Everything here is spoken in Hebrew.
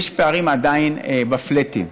עדיין יש פערים בפלאטים.